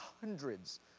hundreds